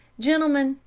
gentlemen,